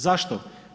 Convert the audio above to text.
Zašto?